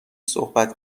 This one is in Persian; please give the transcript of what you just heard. صحبت